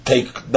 take